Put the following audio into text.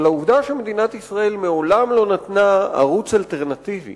אבל העובדה שמדינת ישראל מעולם לא נתנה ערוץ אלטרנטיבי